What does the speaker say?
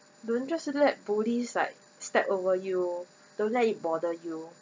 don't just let bullies like step over you don't let it bother you